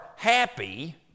Happy